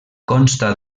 consta